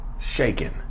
shaking